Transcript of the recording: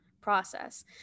process